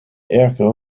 airco